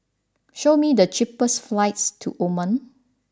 show me the cheapest flights to Oman